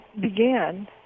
began